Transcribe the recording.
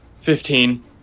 Fifteen